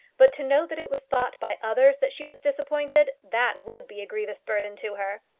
but to know that it was thought by others that she was disappointed that would be a grievous burden to her!